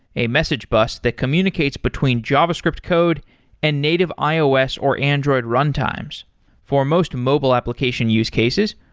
a message bus that communicates between javascript code and native ios or android runtimes for most mobile application use cases,